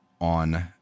on